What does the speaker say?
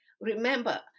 Remember